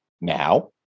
Now